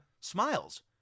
smiles